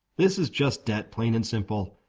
this is just debt, plain and simple.